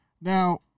Now